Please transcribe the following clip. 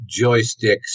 joysticks